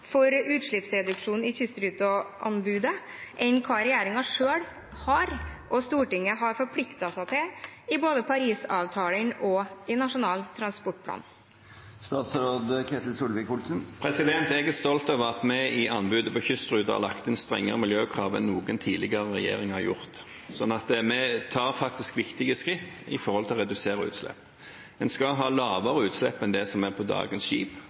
for utslippsreduksjon i kystruteanbudet enn hva regjeringen selv og Stortinget har forpliktet seg til i både Parisavtalen og i Nasjonal transportplan? Jeg er stolt av at vi i anbudet til kystruten har lagt inn strengere miljøkrav enn noen tidligere regjering har gjort, slik at vi tar faktisk viktige skritt for å redusere utslipp. En skal ha lavere utslipp enn det som er på dagens skip,